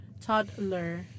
toddler